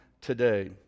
today